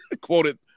quoted